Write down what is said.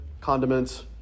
condiments